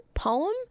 Poem